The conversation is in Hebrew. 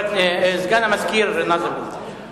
סגן מזכירת הכנסת, בבקשה.